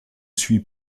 suis